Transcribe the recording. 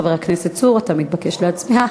חבר הכנסת צור, אתה מתבקש להצביע.